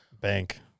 bank